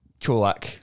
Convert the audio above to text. Cholak